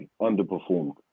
underperformed